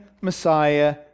Messiah